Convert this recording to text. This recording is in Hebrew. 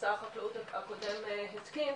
ששר החקלאות הקודם התקין.